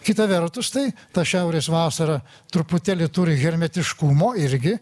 kita vertus tai ta šiaurės vasara truputėlį turi hermetiškumo irgi